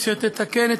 אשר תתקן את